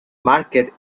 market